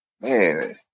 man